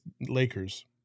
Lakers